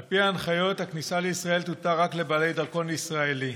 על פי ההנחיות הכניסה לישראל תותר רק לבעלי דרכון ישראלי.